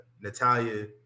Natalia